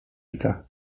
wilka